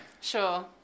Sure